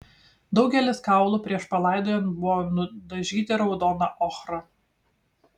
daugelis kaulų prieš palaidojant buvo nudažyti raudona ochra